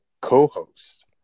co-host